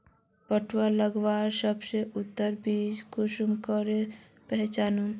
पटुआ लगवार सबसे उत्तम बीज कुंसम करे पहचानूम?